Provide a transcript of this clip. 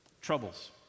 troubles